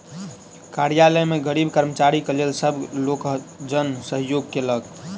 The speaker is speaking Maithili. कार्यालय में गरीब कर्मचारी के लेल सब लोकजन सहयोग केलक